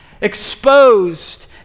exposed